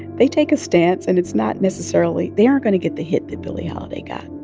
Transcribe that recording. they take a stance, and it's not necessarily they aren't going to get the hit that billie holiday got.